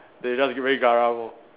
they just very garang lor